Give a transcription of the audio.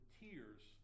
tears